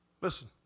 Listen